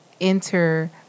enter